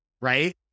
right